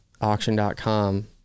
auction.com